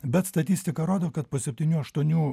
bet statistika rodo kad po septynių aštuonių